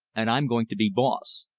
and i'm going to be boss.